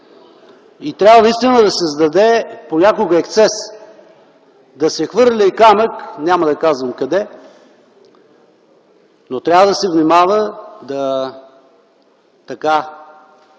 Трябва наистина да се създаде понякога ексцес: да се хвърли камък – няма да казвам къде, но трябва да се внимава да не